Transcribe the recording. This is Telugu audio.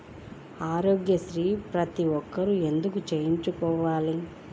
ఆరోగ్యశ్రీ ప్రతి ఒక్కరూ ఎందుకు చేయించుకోవాలి?